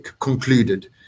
concluded